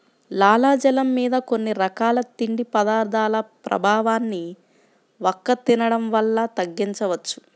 లాలాజలం మీద కొన్ని రకాల తిండి పదార్థాల ప్రభావాన్ని వక్క తినడం వల్ల తగ్గించవచ్చు